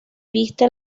vista